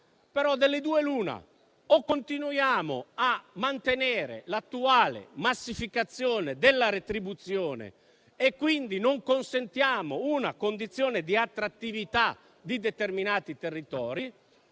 Delle due l'una, però: o continuiamo a mantenere l'attuale massificazione della retribuzione e, quindi, non consentiamo una condizione di attrattività di determinati territori;